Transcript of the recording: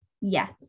Yes